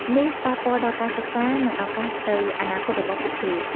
នេះប៉ះពាល់ដល់ការសិក្សា និងឱកាសទៅអនាគតរបស់ពួកគេ។